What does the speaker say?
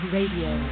Radio